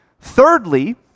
Thirdly